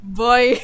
boy